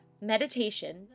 meditation